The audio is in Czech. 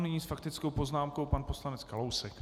Nyní s faktickou poznámkou pan poslanec Kalousek.